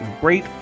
Great